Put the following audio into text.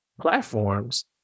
platforms